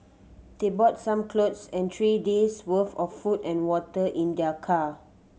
they brought some clothes and three days' worth of food and water in their car